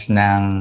ng